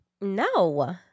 No